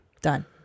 done